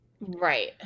Right